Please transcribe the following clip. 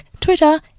Twitter